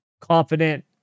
confident